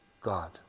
God